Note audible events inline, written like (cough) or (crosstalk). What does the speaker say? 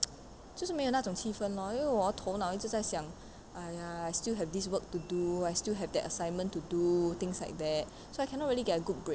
(noise) 就是没有那种气氛 lor 因为我头脑一直在想 !aiya! I still have this work to do I still have that assignment to do things like that so I cannot really get a good break